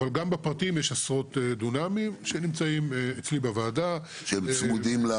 אבל גם בפרטיים יש עשרות דונמים שנמצאים אצלי בוועדה שצמודים.